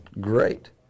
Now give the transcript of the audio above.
great